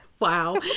Wow